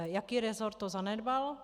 Jaký rezort to zanedbal?